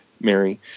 Mary